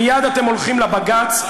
מייד אתם הולכים לבג"ץ,